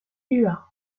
hua